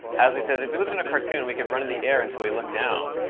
astley says, if we lived in a cartoon, we could run in the air until we looked down.